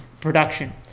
production